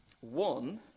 One